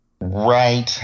Right